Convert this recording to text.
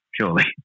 surely